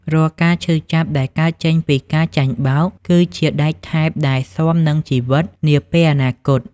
រាល់ការឈឺចាប់ដែលកើតចេញពីការចាញ់បោក គឺជាដែកថែបដែលស៊ាំនឹងជីវិតនាពេលអនាគត។